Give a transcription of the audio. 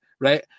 right